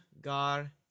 gar